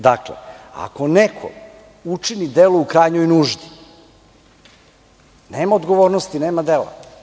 Dakle, ako neko učini delo u krajnjoj nuždi, nema odgovornosti, nema dela.